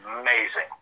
amazing